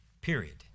period